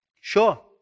sure